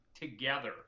together